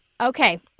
Okay